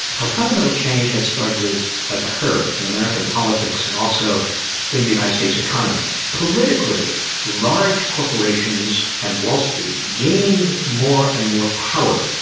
a fundamental change had started to occur in american politics and also in the united states economy. politically large corporations and wall street gained more and more power.